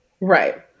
Right